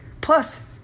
Plus